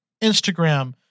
Instagram